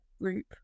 group